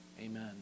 Amen